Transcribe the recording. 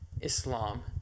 Islam